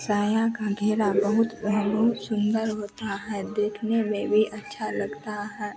साया का घेरा बहुत हाँ बहुत सुन्दर होता है देखने में भी अच्छा लगता है